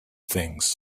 things